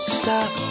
stop